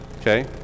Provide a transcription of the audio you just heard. okay